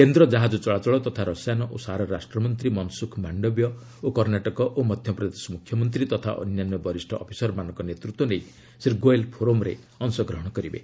କେନ୍ଦ୍ର ଜାହାଜ ଚଳାଚଳ ତଥା ରସାୟନ ଓ ସାର ରାଷ୍ଟ୍ରମନ୍ତ୍ରୀ ମନ୍ସୁଖ୍ ମାଣ୍ଡବୀୟ ଓ କର୍ଷାଟକ ଓ ମଧ୍ୟପ୍ରଦେଶ ମୁଖ୍ୟମନ୍ତ୍ରୀ ତଥା ଅନ୍ୟାନ୍ୟ ବରିଷ୍ଣ ଅଫିସରମାନଙ୍କ ନେତୃତ୍ୱ ନେଇ ଶ୍ରୀ ଗୋଏଲ୍ ଫୋରମ୍ରେ ଅଂଶଗ୍ରହଣ କରିବେ